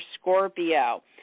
Scorpio